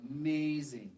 Amazing